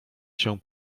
się